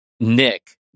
Nick